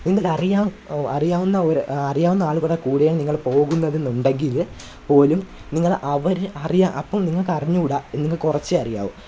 നീന്തൽ അറിയാം അറിയാവുന്ന ഒരു അറിയാവുന്ന ആളുകളെ കൂടെയാണ് നിങ്ങൾ പോകുന്നതെന്നുണ്ടെങ്കിൽ പോലും നിങ്ങൾ അവർ അറിയുക അപ്പോള് നിങ്ങൾക്ക് അറിഞ്ഞു കൂട നിങ്ങൾക്ക് കുറച്ചേ അറിയാവു